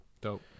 Dope